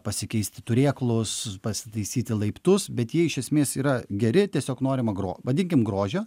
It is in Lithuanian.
pasikeisti turėklus pasitaisyti laiptus bet jie iš esmės yra geri tiesiog norima gro vadinkim grožio